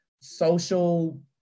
social